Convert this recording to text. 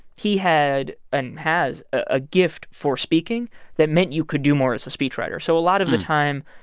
he had and has a gift for speaking that meant you could do more as a speechwriter. so a lot of the time,